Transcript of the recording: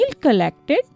collected